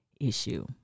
issue